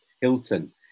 Hilton